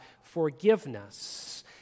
forgiveness